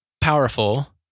powerful